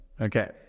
Okay